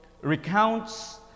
recounts